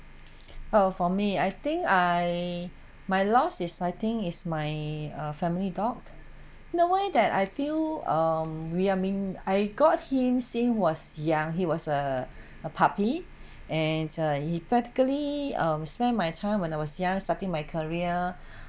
oh for me I think I my last exciting is my uh family dog the way that I feel um we're mean I got him since he was young he was a a puppy and err he particularly um spend my time when I was young starting my career